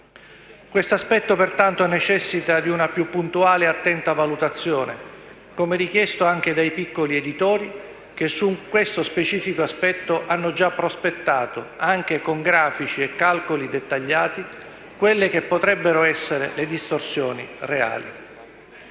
Questo aspetto, pertanto, necessita di una più puntuale e attenta valutazione, come richiesto anche dai piccoli editori che su di esso hanno già prospettato, con grafici e calcoli dettagliati, quelle che potrebbero essere le distorsioni reali.